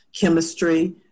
chemistry